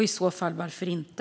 I så fall, varför inte?